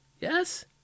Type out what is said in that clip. Yes